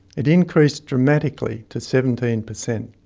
it increased dramatically to seventeen per cent.